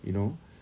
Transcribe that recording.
you know